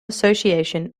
association